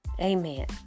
Amen